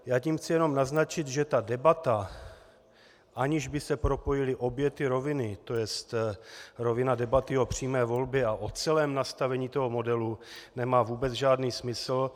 Já tím chci jenom naznačit, že ta debata, aniž by se propojili obě ty roviny, to jest rovina debaty o přímé volbě a o celém nastavení toho modelu, nemá vůbec žádný smysl.